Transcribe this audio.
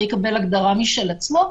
ויקבל הגדרה משל עצמו,